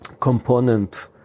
component